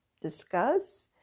discuss